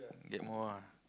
get more ah